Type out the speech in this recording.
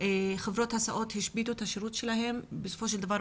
חברות הסעות השביתו את השירות שלהן ופגעו